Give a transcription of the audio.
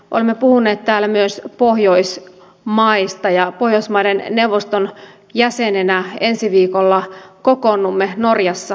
olemme puhuneet täällä myös pohjoismaista ja pohjoismaiden neuvoston jäsenenä ensi viikolla kokoonnumme norjassa oslossa